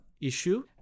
issue